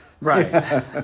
Right